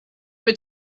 have